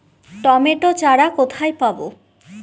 Tomato চারা কোথায় পাবো?